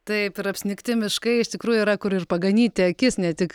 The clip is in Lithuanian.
taip ir apsnigti miškai iš tikrųjų yra kur ir paganyti akis ne tik